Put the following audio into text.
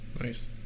nice